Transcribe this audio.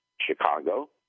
Chicago